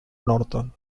norton